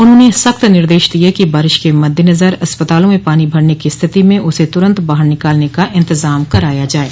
उन्होंने सख्त निर्देश दिये कि बारिश के मद्देनजर अस्पतालों में पानी भरने की स्थिति में उसे तुरन्त बाहर निकालने का इंतजाम कराया जाये